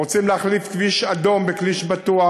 רוצים להחליף כביש אדום בכביש בטוח.